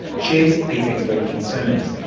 shares these expert concerns.